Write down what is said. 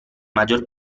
maggior